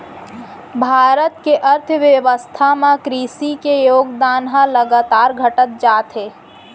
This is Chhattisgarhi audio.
भारत के अर्थबेवस्था म कृसि के योगदान ह लगातार घटत जात हे